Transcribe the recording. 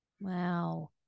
wow